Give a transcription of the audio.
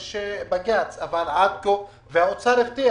יש בג"ץ, וגם האוצר הבטיח